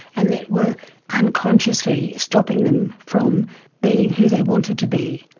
and that were unconsciously stopping them from being who they wanted to be.